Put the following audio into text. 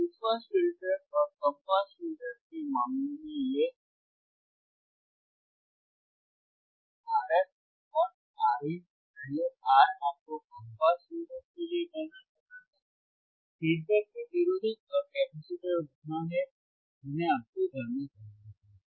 एक उच्च pass filter और कम पास फिल्टर के मामले मेंfRf Rin पहले R आपको कम पास फिल्टर के लिए गणना करना था फीडबैक प्रतिरोधक और कपैसिटर वहां हैं जिन्हें आपको गणना करना था